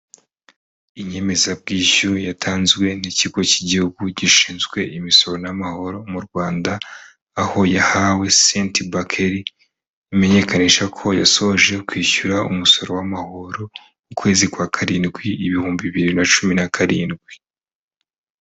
Inyemezabwishyu yatanzwe n'Ikigo cy'Igihugu gishinzwe Imisoro n'Amahoro mu Rwanda, aho yahawe Senti Bakeri imenyekanisha ko yasoje kwishyura umusoro w'amahoro mu kwezi kwa karindwi, ibihumbi bibiri na cumi na karindwi.